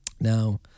Now